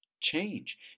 change